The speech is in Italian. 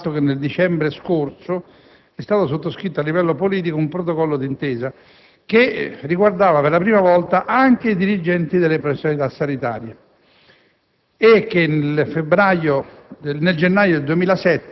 partiva da un presupposto recente, cioè dal fatto che, nel dicembre scorso, è stato sottoscritto a livello politico un protocollo d'intesa che riguardava per la prima volta anche i dirigenti delle professionalità sanitarie